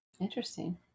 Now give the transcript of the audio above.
Interesting